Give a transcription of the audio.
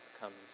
comes